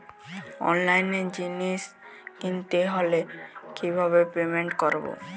অনলাইনে জিনিস কিনতে হলে কিভাবে পেমেন্ট করবো?